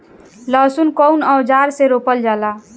लहसुन कउन औजार से रोपल जाला?